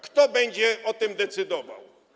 Kto będzie o tym decydował?